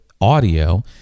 audio